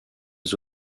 les